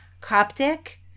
Coptic